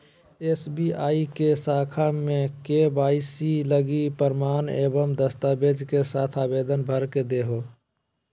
SBI के शाखा में के.वाई.सी लगी प्रमाण एवं दस्तावेज़ के साथ आवेदन भर के देहो